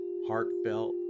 heartfelt